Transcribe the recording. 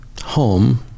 home